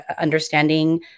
understanding